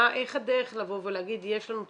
איך הדרך לבוא ולהגיד יש לנו תקנים,